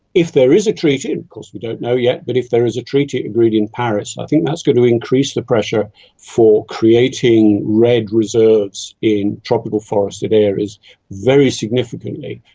if there is a treaty, and of course we don't know yet, but if there is a treaty agreed in paris, i think that's going to increase the pressure for creating redd reserves in tropical forested areas very significantly,